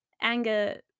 anger